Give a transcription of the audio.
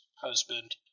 husband